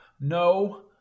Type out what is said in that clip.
No